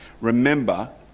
Remember